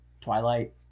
Twilight